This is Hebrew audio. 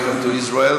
welcome to Israel.